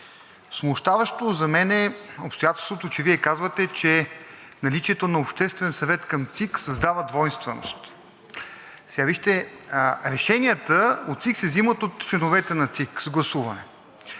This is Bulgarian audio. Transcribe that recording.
смущаващо за мен е обстоятелството, че Вие казвате, че наличието на Обществен съвет към ЦИК създава двойственост. Вижте, решенията на ЦИК се взимат от членовете на ЦИК с гласуване.